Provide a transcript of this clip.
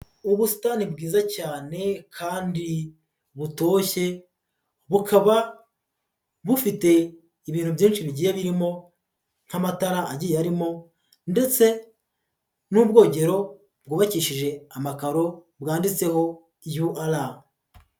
Ubusitani bwiza cyane kandi butoshye bukaba bufite ibintu byinshi bigiye birimo nk'amatara agiye arimo ndetse n'ubwogero bwubakishije amakaro bwanditseho UR.